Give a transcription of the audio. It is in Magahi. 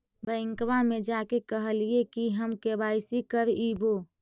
बैंकवा मे जा के कहलिऐ कि हम के.वाई.सी करईवो?